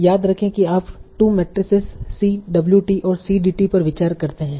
याद रखें कि आप 2 मेट्रिसेस Cwt और Cdt पर विचार करते हैं